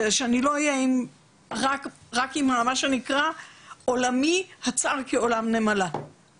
כדי שאני לא אהיה רק בעולמי הצר כעולם נמלה מה שנקרא.